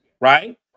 right